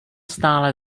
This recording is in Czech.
stále